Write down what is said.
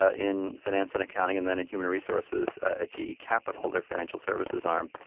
ah in finance and accounting and then in human resources at ge capital, their financial services arm,